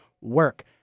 work